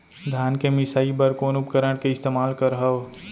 धान के मिसाई बर कोन उपकरण के इस्तेमाल करहव?